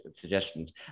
suggestions